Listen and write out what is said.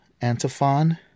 Antiphon